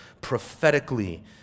prophetically